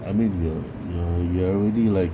I mean we're we're we're already like